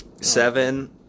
Seven